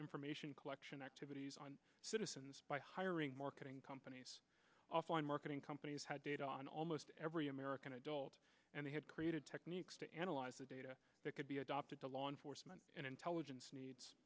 information collection activities on citizens by hiring marketing companies offline marketing companies had data on almost every american adult and they had created techniques to analyze the data that could be adopted to law enforcement intelligence